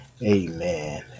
amen